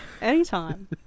anytime